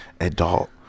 adult